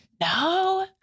no